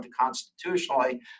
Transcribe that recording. constitutionally